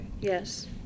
Yes